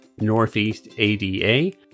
northeastada